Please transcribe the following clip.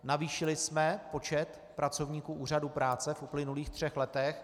Navýšili jsme počet pracovníků Úřadu práce v uplynulých třech letech.